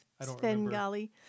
Svengali